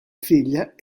figlia